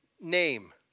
name